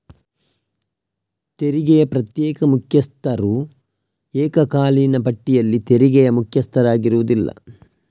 ತೆರಿಗೆಯ ಪ್ರತ್ಯೇಕ ಮುಖ್ಯಸ್ಥರು ಏಕಕಾಲೀನ ಪಟ್ಟಿಯಲ್ಲಿ ತೆರಿಗೆಯ ಮುಖ್ಯಸ್ಥರಾಗಿರುವುದಿಲ್ಲ